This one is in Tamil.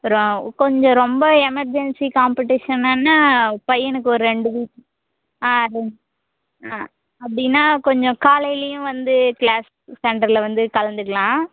அப்புறம் கொஞ்சம் ரொம்ப எமெர்ஜென்சி காம்படீஷன்னுன்னா பையனுக்கு ஒரு ரெண்டு இது ஆ ஆ அப்படின்னா கொஞ்சம் காலைலேயும் வந்து கிளாஸ் சென்டரில் வந்து கலந்துக்கலாம்